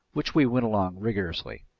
which we went along rigorously.